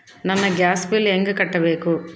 ನನ್ನ gas bill ಹೆಂಗ ಕಟ್ಟಬೇಕು?